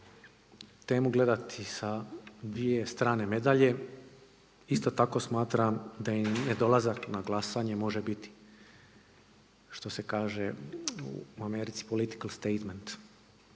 temu gledati sa dvije strane medalje. Isto tako smatram da i nedolazak na glasanje može biti što se kaže u Americi political statement.